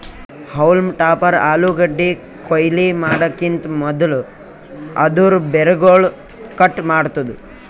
haulm topper ಆಲೂಗಡ್ಡಿ ಕೊಯ್ಲಿ ಮಾಡಕಿಂತ್ ಮದುಲ್ ಅದೂರ್ ಬೇರುಗೊಳ್ ಕಟ್ ಮಾಡ್ತುದ್